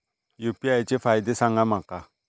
UPI चे फायदे सांगा माका?